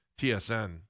TSN